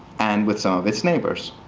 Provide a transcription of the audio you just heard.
and with some of its neighbors.